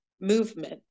movement